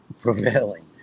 prevailing